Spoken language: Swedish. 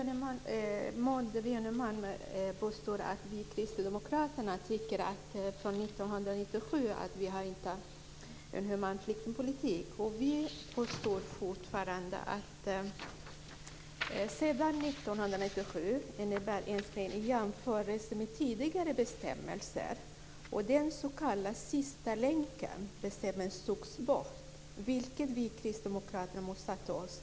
Herr talman! Maud Björnemalm påstår att vi kristdemokrater tycker att Sverige från år 1997 inte har en human flyktingpolitik. Vi påstår fortfarande att sedan år 1997 är det en försämring i jämförelse med tidigare bestämmelser. Bestämmelsen om den s.k. sista länken togs bort, vilket vi kristdemokrater motsatte oss.